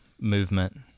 movement